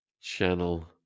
channel